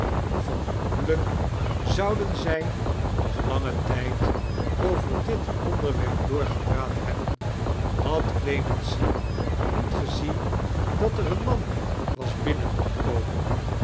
venaoedelijk zouden zij nog langen tijd over ddt onderwerp doorgepraat hebben had clemency niet gezieii dat er een man was binneingekomen